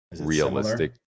realistic